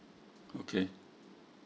okay